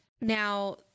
Now